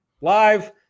live